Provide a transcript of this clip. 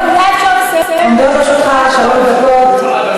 זאב, אולי אפשר לסיים, עומדות לרשותך שלוש דקות.